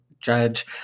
judge